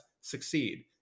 succeed